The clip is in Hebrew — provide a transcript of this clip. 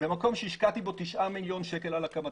במקום שהשקעתי בו תשעה מיליון שקל על הקמתו.